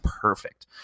perfect